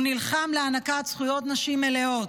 הוא נלחם להענקת זכויות נשים מלאות.